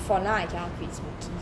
for now I cannot smoking